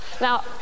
Now